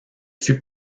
fut